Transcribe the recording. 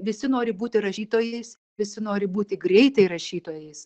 visi nori būti rašytojais visi nori būti greitai rašytojais